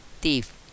thief